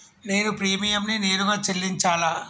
నేను ప్రీమియంని నేరుగా చెల్లించాలా?